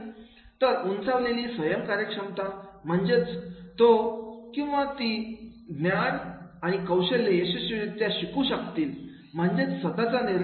तर उंचावलेली स्वयं कार्यक्षमता म्हणजेच तो किँवा ती ज्ञान आणि कौशल्य यशस्वीरित्या शिकू शकतील म्हणजे स्वतःचा निर्णय